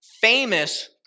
famous